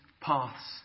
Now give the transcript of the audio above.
paths